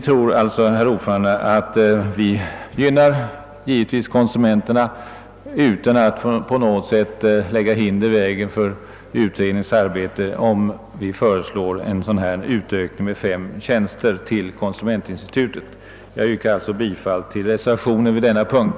Genom denna ökning med fem tjänster till konsumentinstitutet anser vi att vi gynnar konsumenterna utan att vi på något sätt försvårar utredningens arbete. Jag yrkar alltså bifall till reservationen 4a vid denna punkt.